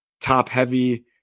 top-heavy –